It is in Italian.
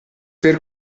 per